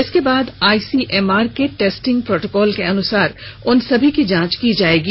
इसके बाद आईसीएमआर के टेस्टिंग प्रोटोकॉल के अनुसार उन सभी की जांच की जाएगी